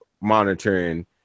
monitoring